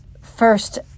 first